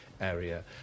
area